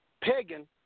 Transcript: pagan